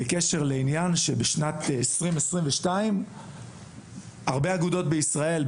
בקשר לעניין שבשנת 2022 הרבה אגודות בישראל,